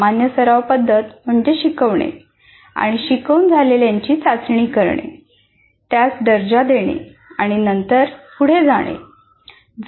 सामान्य सराव पद्धत म्हणजे शिकविणे शिकवून झालेल्यांची चाचणी करणे त्यास दर्जा देणे आणि नंतर पुढे जाणे आहे